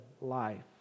life